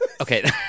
okay